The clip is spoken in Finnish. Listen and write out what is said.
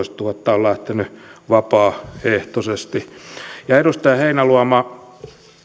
on lähtenyt vapaaehtoisesti edustaja heinäluoma